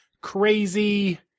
crazy